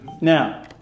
Now